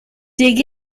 dig